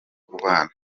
kubana